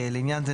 "לעניין זה,